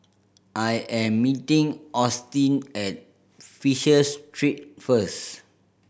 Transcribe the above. I am meeting Austyn at Fisher Street first